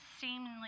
seemingly